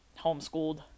homeschooled